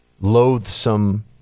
loathsome